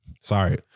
Sorry